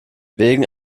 wegen